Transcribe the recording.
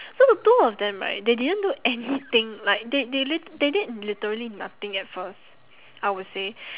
so the two of them right they didn't do anything like they they lit~ they did literally nothing at first I would say